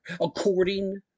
according